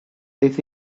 this